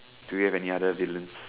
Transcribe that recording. do you have any other villains